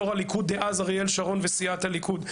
יו"ר הליכוד דאז אריאל שרון וסיעת הליכוד,